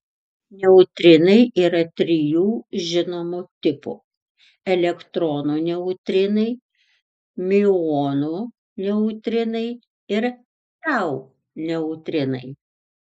neutrinai yra trijų žinomų tipų elektronų neutrinai miuonų neutrinai ir tau neutrinai